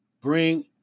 Bring